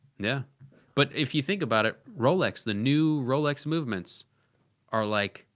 yeah but, if you think about it. rolex. the new rolex movements are like,